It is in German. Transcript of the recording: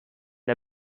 der